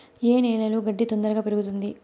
ఏ నేలలో గడ్డి తొందరగా పెరుగుతుంది